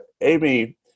Amy